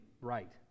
right